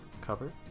cover